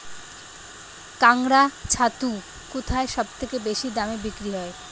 কাড়াং ছাতু কোথায় সবথেকে বেশি দামে বিক্রি হয়?